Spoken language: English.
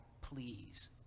please